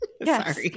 Yes